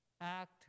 act